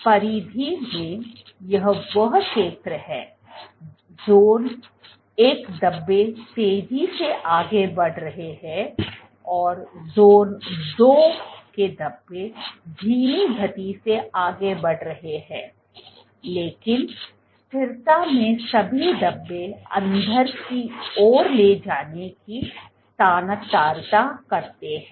परिधि में यह वह क्षेत्र है जोन एक धब्बे तेजी से आगे बढ़ रहे हैं और जोन दो के धब्बे धीमी गति से आगे बढ़ रहे हैं लेकिन स्थिरता में सभी धब्बे अंदर की ओर ले जाने के स्थानांतरित करते हैं